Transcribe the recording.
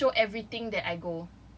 it will show everything that I go